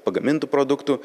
pagamintų produktų